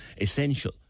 essential